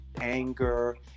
anger